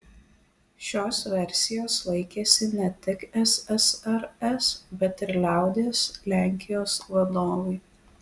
šios versijos laikėsi ne tik ssrs bet ir liaudies lenkijos vadovai